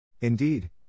Indeed